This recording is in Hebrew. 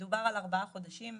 דובר על ארבעה חודשים.